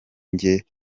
njye